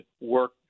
work